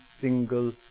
single